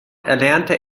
erlernte